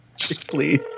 Please